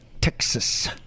Texas